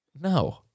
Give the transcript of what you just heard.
No